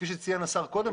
כפי שציין השר קודם,